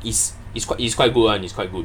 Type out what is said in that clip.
it's it's quite it's quite good and is quite good